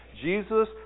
Jesus